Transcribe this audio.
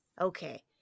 Okay